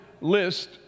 list